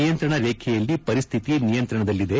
ನಿಯಂತ್ರಣ ರೇಖೆಯಲ್ಲಿ ಪರಿಸ್ಥಿತಿ ನಿಯಂತ್ರಣದಲ್ಲಿದೆ